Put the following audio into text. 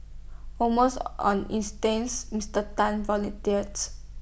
almost on instincts Mister Tan volunteered